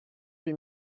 huit